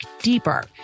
deeper